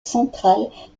centrales